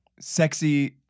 Sexy